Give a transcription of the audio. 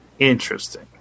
Interesting